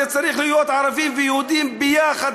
זה צריך להיות ערבים ויהודים ביחד,